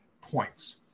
points